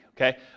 Okay